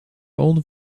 old